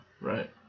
right